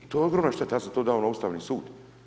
I to je ogromna šteta, ja sam to dao na Ustavni sud.